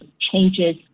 changes